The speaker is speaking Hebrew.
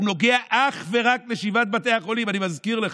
הוא נוגע אך ורק בשבעת בתי החולים, אני מזכיר לך,